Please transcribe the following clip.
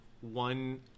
one